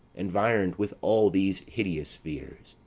environed with all these hideous fears,